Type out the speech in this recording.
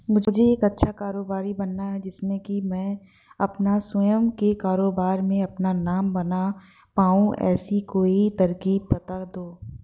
मुझे एक अच्छा कारोबारी बनना है जिससे कि मैं अपना स्वयं के कारोबार में अपना नाम बना पाऊं ऐसी कोई तरकीब पता दो?